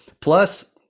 plus